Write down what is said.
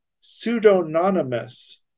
pseudonymous